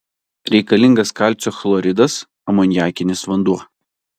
reikalingas kalcio chloridas amoniakinis vanduo